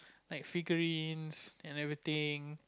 like figurines and everythings